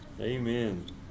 Amen